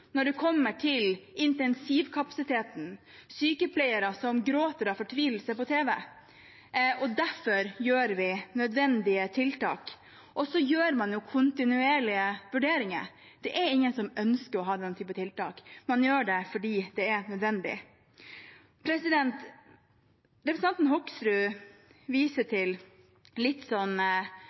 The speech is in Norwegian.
når det gjelder intensivkapasiteten – sykepleiere som gråter av fortvilelse på tv. Derfor gjør vi nødvendige tiltak. Så gjør man jo kontinuerlige vurderinger. Det er ingen som ønsker å ha den typen tiltak. Man gjør det fordi det er nødvendig. Representanten Hoksrud